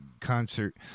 concert